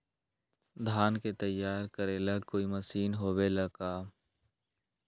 धान के तैयार करेला कोई मशीन होबेला का?